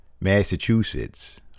Massachusetts